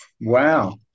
Wow